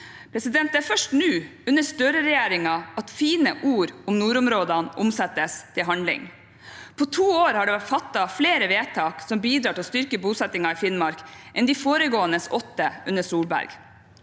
omstilling. Det er først nå, under Støre-regjeringen, at fine ord om nordområdene omsettes til handling. På to år har det blitt fattet flere vedtak som bidrar til å styrke bosetningen i Finnmark, enn de foregående åtte under Solberg.